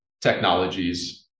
technologies